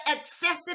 excessive